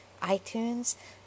iTunes